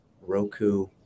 Roku